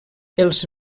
els